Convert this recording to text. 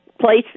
place